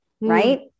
right